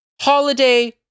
holiday